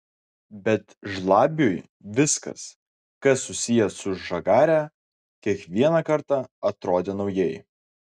bet žlabiui viskas kas susiję su žagare kiekvieną kartą atrodė naujai